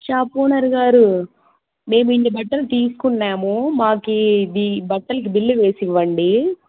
shop owner గారు మేము ఇన్ని బట్టలు తీసుకున్నాము మాకు ఇది బట్టలకి బిల్లు వేసి ఇవ్వండి